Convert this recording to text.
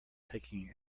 taking